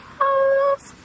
house